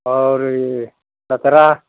और सत्रह